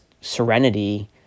serenity